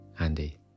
Andy